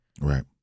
Right